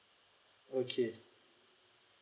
okay